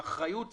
האחריות,